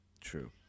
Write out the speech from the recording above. True